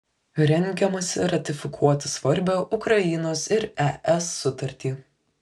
rengiamasi ratifikuoti svarbią ukrainos ir es sutartį